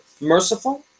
merciful